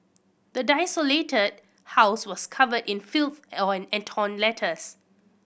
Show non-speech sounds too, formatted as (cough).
the desolated house was covered in filth (unintelligible) and torn letters